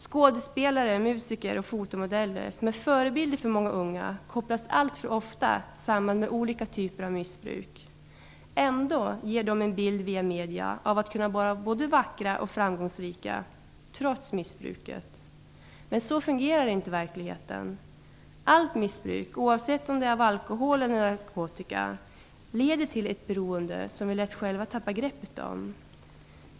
Skådespelare, musiker, fotomodeller, som är förebilder för många unga, kopplas alltför ofta samman med olika typer av missbruk. Ändå ger de en bild via medierna av att kunna vara både vackra och framgångsrika, trots missbruket. Men så fungerar inte verkligheten. Allt missbruk, oavsett om det är av alkohol eller av narkotika, leder till ett beroende som vi lätt själva tappar greppet om.